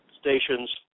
stations